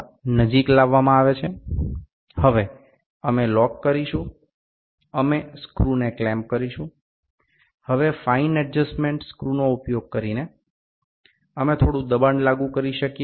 এরপর আমরা আঁটকে দেব স্ক্রুটি বন্ধ করব এখন সূক্ষ্ম নিয়ন্ত্রণ স্ক্রু ব্যবহার করে আমরা কিছুটা চাপ প্রয়োগ করতে পারি